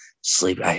sleep